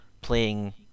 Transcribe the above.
playing